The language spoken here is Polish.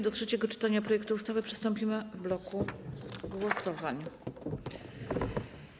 Do trzeciego czytania projektu ustawy przystąpimy w bloku głosowań.